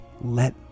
let